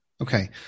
Okay